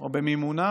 או במימונו